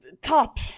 top